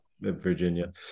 Virginia